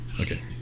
Okay